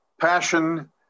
passion